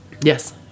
Yes